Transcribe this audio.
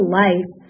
life